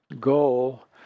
goal